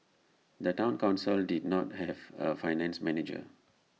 the Town Council did not have A finance manager